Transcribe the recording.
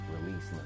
release